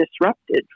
disrupted